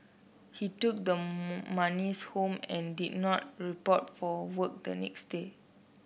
he took the monies home and did not report for work the next day